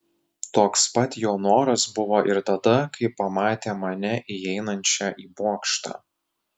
toks pat jo noras buvo ir tada kai pamatė mane įeinančią į bokštą